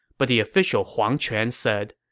but the official huang quan said,